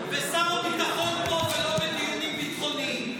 ושר הביטחון פה ולא בדיונים ביטחוניים.